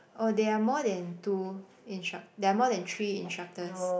oh there are more than two instruc~ there are more than three instructors